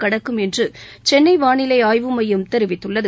கடக்கும் என்று சென்னை வானிலை ஆய்வு மையம் தெரிவித்துள்ளது